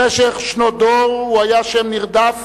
במשך שנות דור הוא היה שם נרדף